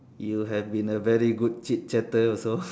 you have been a very good chit chatter also